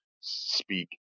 speak